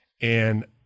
and-